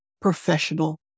professional